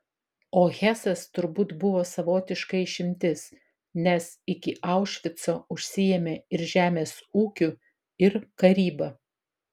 o hesas turbūt buvo savotiška išimtis nes iki aušvico užsiėmė ir žemės ūkiu ir karyba